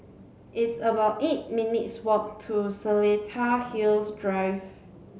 it's about eight minutes' walk to Seletar Hills Drive